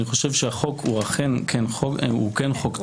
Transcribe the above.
אני חושב שהחוק הוא אכן כן חוק טוב.